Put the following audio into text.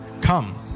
Come